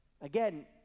again